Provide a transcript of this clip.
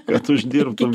kad uždirbtumei